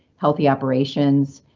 healthy operations,